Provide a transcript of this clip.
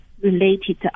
related